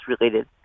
related